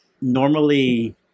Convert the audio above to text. normally